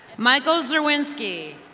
michael so kerwinsky.